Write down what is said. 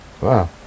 Wow